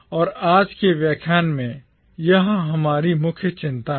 और आज के व्याख्यान में यह हमारी मुख्य चिंता है